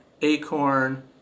Acorn